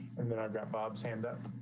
and then i've got bob's hand up.